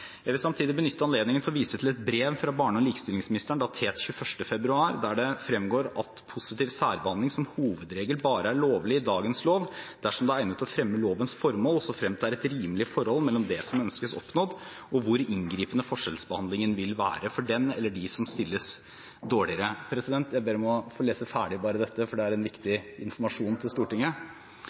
å vise til et brev fra barne- og likestillingsministeren, datert 21. februar, der det fremgår at positiv særbehandling som hovedregel bare er lovlig dersom det er egnet til å fremme lovens formål, og såfremt det er et rimelig forhold mellom det som ønskes oppnådd, og hvor inngripende forskjellsbehandlingen vil være for den eller de som stilles dårligere. President, jeg ber om å få lese ferdig dette, for det er en viktig informasjon til Stortinget.